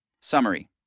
Summary